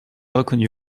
reconnu